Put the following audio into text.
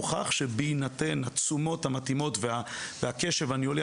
הוכח שבהינתן התשומות המתאימות והקשב הניהולי